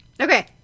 Okay